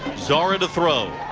zahra the throw.